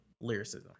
lyricism